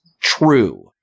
true